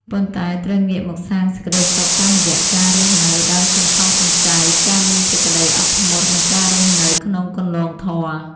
ប៉ុន្តែត្រូវងាកមកសាងសេចក្ដីសុខតាមរយៈការរស់នៅដោយសន្សំសំចៃ ការមានសេចក្ដីអត់ធ្មត់ និងការរស់នៅក្នុងគន្លងធម៌។